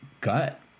gut